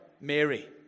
Mary